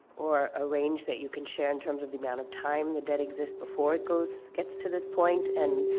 or a range that you can share in terms of the amount of time the debt exists before it goes gets to this point? and,